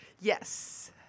Yes